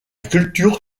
culture